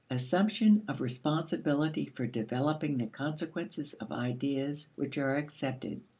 assumption of responsibility for developing the consequences of ideas which are accepted,